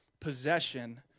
possession